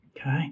okay